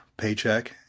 paycheck